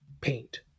paint